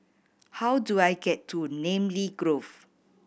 how do I get to Namly Grove